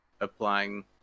applying